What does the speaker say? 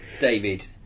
David